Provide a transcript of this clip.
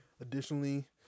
Additionally